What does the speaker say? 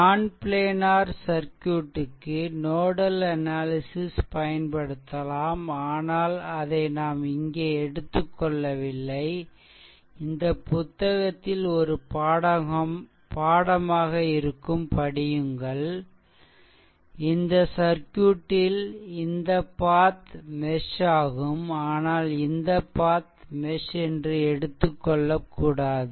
நான் planar circuit க்கு nodal analysis பயன்படுத்தலாம் ஆனால் அதை நாம் இங்கே எடுத்துக்கொள்ளவில்லை இந்த புத்தகத்தில் ஒரு பாடமாக இருக்கும் படியுங்கள் இந்த சர்க்யூட்டில் இந்த பாத் மெஷ் ஆகும் ஆனால் இந்த பாத் மெஷ் என்று எடுத்துக் கொள்ளக்கூடாது